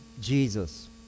Jesus